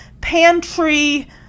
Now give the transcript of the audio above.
pantry